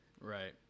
Right